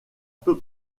peu